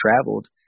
traveled